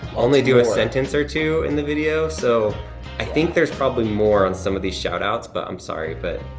only do a sentence or two in the video. so i think yeah. there's probably more on some of these shout-outs, but i'm sorry, but